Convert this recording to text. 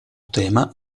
tema